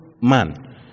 man